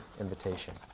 invitation